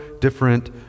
different